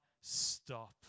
stop